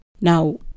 Now